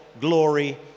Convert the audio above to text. glory